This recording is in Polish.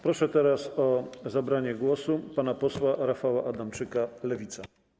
Proszę o zabranie głosu pana posła Rafała Adamczyka, Lewica.